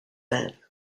then